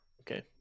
Okay